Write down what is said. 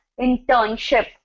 internship